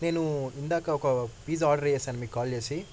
నేను ఇందాక ఒక పిజ్జా ఆర్డర్ చేశాను మీకు కాల్ చేసి